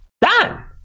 Done